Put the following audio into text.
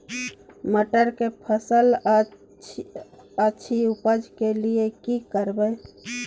मटर के फसल अछि उपज के लिये की करबै?